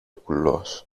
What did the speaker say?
κουλός